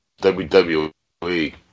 WWE